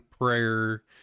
prayer